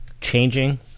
changing